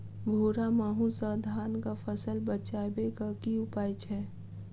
भूरा माहू सँ धान कऽ फसल बचाबै कऽ की उपाय छै?